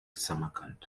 samarkand